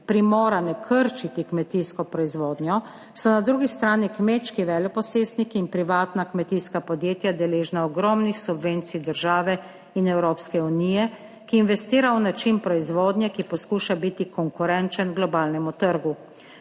primorane krčiti kmetijsko proizvodnjo, so na drugi strani kmečki veleposestniki in privatna kmetijska podjetja deležna ogromnih subvencij države in Evropske unije, ki investira v način proizvodnje, ki poskuša biti konkurenčen globalnemu trgu.